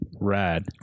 Rad